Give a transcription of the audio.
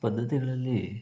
ಪದ್ಧತಿಗಳಲ್ಲಿ